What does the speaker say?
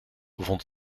vond